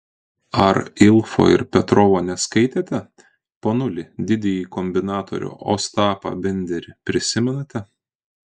ar ilfo ir petrovo neskaitėte ponuli didįjį kombinatorių ostapą benderį prisimenate